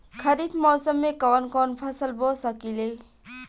खरिफ मौसम में कवन कवन फसल बो सकि ले?